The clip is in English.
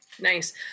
Nice